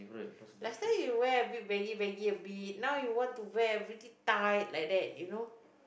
last time you wear a bit baggy baggy a bit now you want to wear pretty tight like that you know